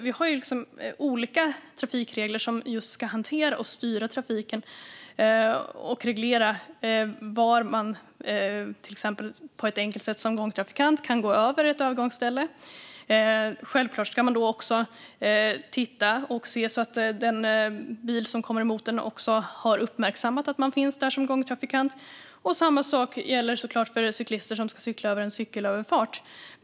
Vi har som sagt olika trafikregler som ska hantera och styra trafiken och reglera var man till exempel på ett enkelt sätt som gångtrafikant kan gå över ett övergångsställe. Självklart ska man då också titta och se så att den bil som kommer emot en också har uppmärksammat att man finns där som gångtrafikant. Samma sak gäller såklart cyklister som ska cykla över en cykelöverfart.